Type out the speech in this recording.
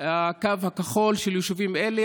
הקו הכחול של יישובים אלה.